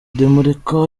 ndamureka